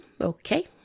okay